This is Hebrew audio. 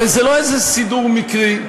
הרי זה לא איזה סידור מקרי,